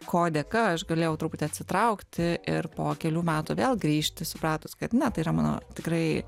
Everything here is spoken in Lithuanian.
ko dėka aš galėjau truputį atsitraukti ir po kelių metų vėl grįžti supratus kad ne tai yra mano tikrai